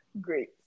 great